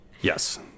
Yes